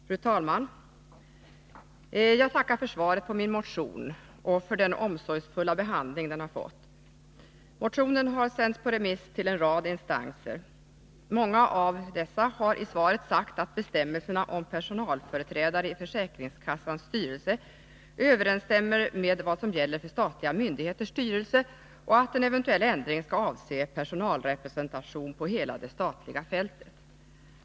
tanters rösträtt i Fru talman! Jag tackar för svaret på min motion och för den omsorgsfulla försäkringskassas behandling den har fått. Motionen har sänts på remiss till en rad instanser. styrelse Många av dessa har i svaret sagt att bestämmelserna om personalföreträdare i försäkringskassas styrelse överensstämmer med vad som gäller för statliga myndigheters styrelse och att en eventuell ändring skall avse personalrepresentationen på hela det statliga fältet.